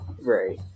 Right